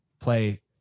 play